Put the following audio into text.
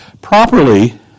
Properly